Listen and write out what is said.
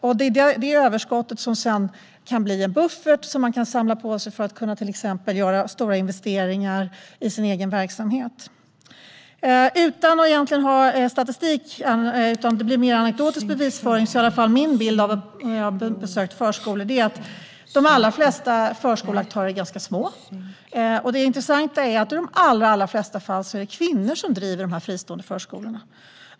Det är det överskottet som sedan kan bli en buffert att samla på sig för att till exempel kunna göra stora investeringar i sin egen verksamhet. Utan att ha tillgång till statistik - det blir en mer anekdotisk bevisföring - blir min bild, efter att ha besökt förskolor, att de allra flesta förskoleaktörer är små. Det intressanta är att i de allra flesta fall är det kvinnor som driver de fristående förskolorna.